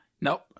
Nope